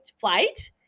Flight